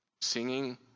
singing